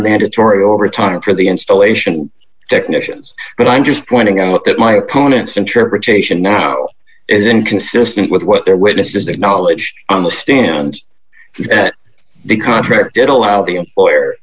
mandatory overtime for the installation technicians but i'm just pointing out look at my opponent's interpretation now is inconsistent with what their witness just acknowledged on the stand the contrary it allows the employer